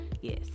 yes